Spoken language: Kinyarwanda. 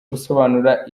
gusobanura